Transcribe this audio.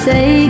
Say